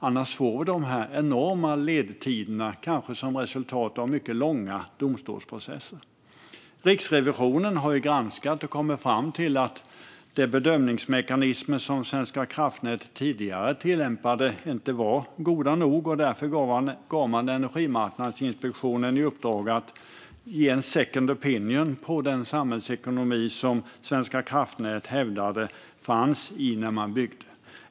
Annars får vi enorma ledtider som mycket långa domstolsprocesser kan resultera i. Riksrevisionen har granskat detta och kommit fram till att de bedömningsmekanismer som Svenska kraftnät tidigare tillämpade inte var goda nog. Därför gav man Energimarknadsinspektionen i uppdrag att ge en second opinion rörande den samhällsekonomi som Svenska kraftnät hävdade fanns när man byggde.